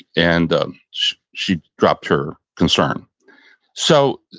and she dropped her concern so,